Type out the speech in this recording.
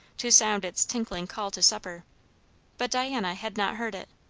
to sound its tinkling call to supper but diana had not heard it,